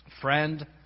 Friend